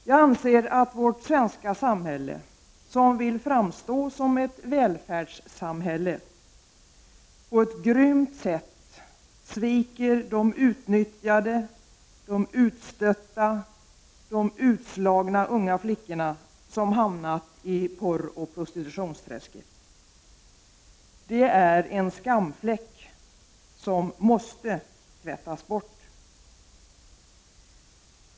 Jag anser att vårt svenska samhälle, som vill framstå som ett välfärdssamhälle, på ett grymt sätt sviker de utnyttjade, de utstötta och de utslagna unga flickor som hamnat i porroch prostitutionsträsket. Det är en skamfläck som måste tvättas bort.